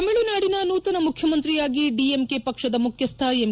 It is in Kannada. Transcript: ತಮಿಳುನಾಡಿನ ನೂತನ ಮುಖ್ಯಮಂತ್ರಿಯಾಗಿ ಡಿಎಂಕೆ ಪಕ್ಷದ ಮುಖ್ಯಸ್ಥ ಎಂ